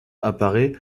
apparaît